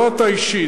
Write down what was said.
לא אתה אישית,